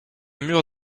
mur